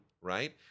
right